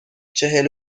چهل